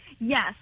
Yes